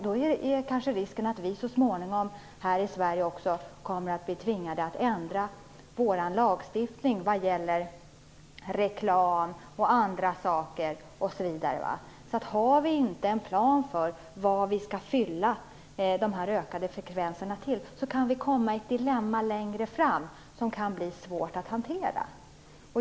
Då är risken kanske att vi också här i Sverige så småningom kommer att tvingas ändra vår lagstiftning avseende reklam och andra saker. Har vi inte en plan för vad vi skall fylla de ytterligare frekvenserna med kan vi hamna i ett dilemma längre fram som kan bli svårt att hantera.